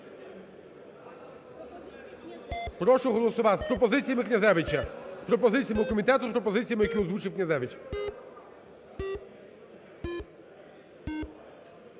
Прошу голосувати. З пропозиціями Князевича, з пропозиціями комітету і з пропозиціями, які озвучив Князевич.